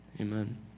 Amen